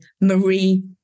Marie